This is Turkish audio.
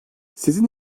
sizin